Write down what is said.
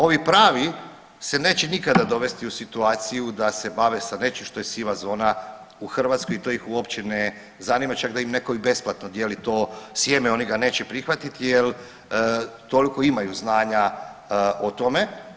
Ovi pravi se neće nikada dovesti u situaciju da se bave sa nečim što je siva zona u Hrvatskoj i to ih uopće ne zanima čak i da im netko i besplatno dijeli to sjeme oni ga neće prihvatiti jer toliko imaju znanja o tome.